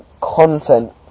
content